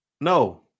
no